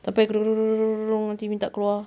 sampai nanti minta keluar